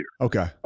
Okay